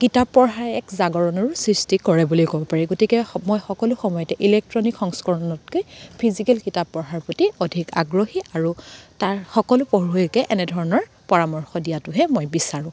কিতাপ পঢ়াৰ এক জাগৰণৰো সৃষ্টি কৰে বুলি ক'ব পাৰি গতিকে মই সকলো সময়তে ইলেক্ট্ৰনিক সংস্কৰণতকৈ ফিজিকেল কিতাপ পঢ়াৰ প্ৰতি অধিক আগ্ৰহী আৰু তাৰ সকলো পঢ়ুৱৈকে একেধৰণৰ পৰামৰ্শ দিয়াটোহে মই বিচাৰোঁ